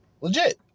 Legit